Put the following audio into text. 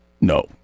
no